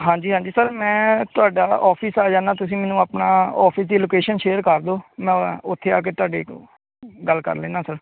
ਹਾਂਜੀ ਹਾਂਜੀ ਸਰ ਮੈਂ ਤੁਹਾਡਾ ਔਫਿਸ ਆ ਜਾਂਦਾ ਤੁਸੀਂ ਮੈਨੂੰ ਆਪਣਾ ਔਫਿਸ ਦੀ ਲੋਕੇਸ਼ਨ ਸ਼ੇਅਰ ਕਰ ਦਿਓ ਮੈਂ ਉੱਥੇ ਆ ਕੇ ਤੁਹਾਡੇ ਕੋ ਗੱਲ ਕਰ ਲੈਂਦਾ ਸਰ